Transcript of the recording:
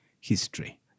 history